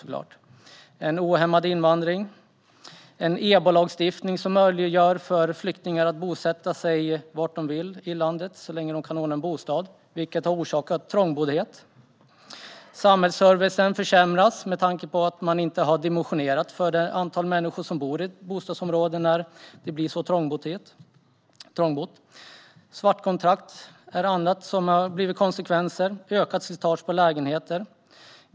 Det är en ohämmad invandring. Det är en EBO-lagstiftning som möjliggör för flyktingar att bosätta sig var de vill i landet så länge de kan ordna en bostad, vilket har orsakat trångboddhet. Samhällsservicen försämras med tanke på att man inte har dimensionerat för det antal människor som bor i bostadsområden när det blir så trångbott. Svartkontrakt är en annan konsekvens, liksom ökat slitage på lägenheter.